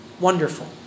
wonderful